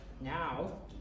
now